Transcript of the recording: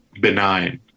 benign